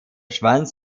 schwanz